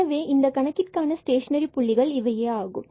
இவை இந்த கணக்கிற்கான ஸ்டேஷனரி புள்ளிகள் ஆகும்